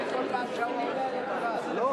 סעיפים 1 6 נתקבלו.